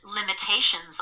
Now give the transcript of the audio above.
limitations